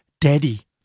daddy